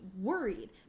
worried